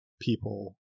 people